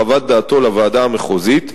בחוות דעתו לוועדה המחוזית,